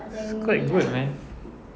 it's quite good man